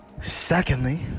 Secondly